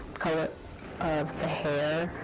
color of the hair.